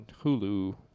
Hulu